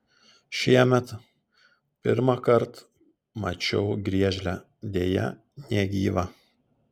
šiemet pirmąkart mačiau griežlę deja negyvą